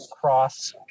cross